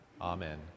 Amen